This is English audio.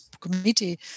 committee